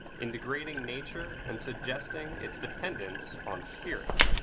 in degrading nature and suggesting its dependence on spirit.